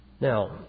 Now